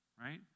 right